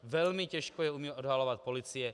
Velmi těžko je umí odhalovat policie.